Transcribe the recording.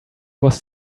was